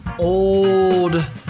old